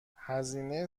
هزینه